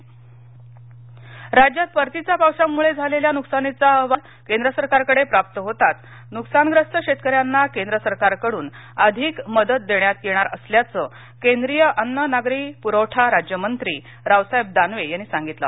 दानवे घोषणा राज्यात परतीच्या पावसामुळे झालेल्या नुकसानीचा अहवाल केंद्र सरकारकडे प्राप्त होताच नुकसानग्रस्त शेतकऱ्यांना केंद्र सरकारकडून अधिकची मदत देण्यात येणार असल्याचं केंद्रीय अन्न नागरिक पुरवठा राज्यमंत्री रावसाहेब दानवे यांनी सांगितलं